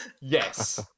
Yes